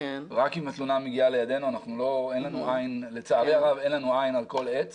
רק אם היא מגיעה לידינו - לצערי הרב אין לנו עין על כל עץ